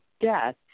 death